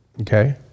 Okay